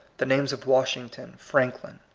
the names of washington, franklin,